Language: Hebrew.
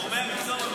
גורמי המקצוע?